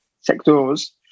sectors